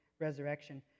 resurrection